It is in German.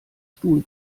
stuhl